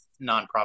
nonprofit